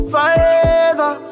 Forever